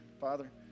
Father